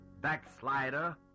Backslider